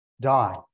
die